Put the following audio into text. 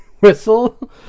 whistle